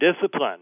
discipline